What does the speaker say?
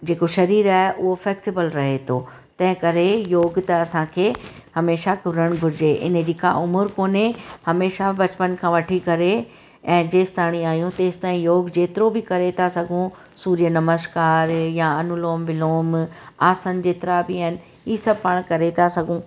जेको शरीरु आहे उहो फ्लैक्सिबल रहे तो तंहिं करे योग त असांखे हमेशह कुरणु घुरिजे इन जी का उमिरि कोन्हे हमेशह बचपन खां वठी करे ऐं जेसि ताईं आहियूं तेसि ताईं योग जेतिरो बि करे था सघूं सूर्य नमस्कार या अनुलोम विलोम आसन जेतिरा बि आहिनि ई सभु पाण करे था सघूं